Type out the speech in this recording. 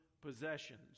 possessions